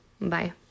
Bye